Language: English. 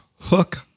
hook